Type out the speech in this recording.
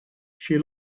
she